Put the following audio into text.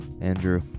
Andrew